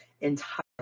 entirely